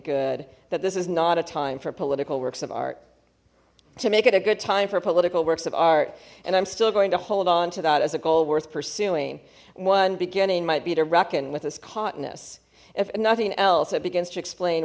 good that this is not a time for political works of art to make it a good time for political works of art and i'm still going to hold on to that as a goal worth pursuing one beginning might be to reckon with his cotton as if nothing else it begins to explain